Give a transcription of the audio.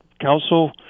council